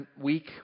week